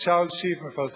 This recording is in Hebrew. אז, שאול שיף מפרסם את זה.